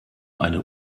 eine